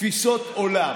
תפיסות עולם,